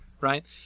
right